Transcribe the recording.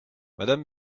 madame